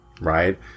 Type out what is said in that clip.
right